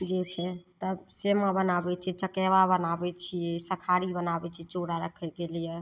जे छै तब सामा बनाबै छिए चकेबा बनाबै छिए सखारी बनाबै छिए चूड़ा राखैके लिए